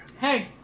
Hey